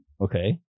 okay